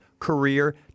Career